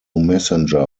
messenger